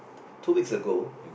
two weeks ago